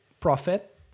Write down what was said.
profit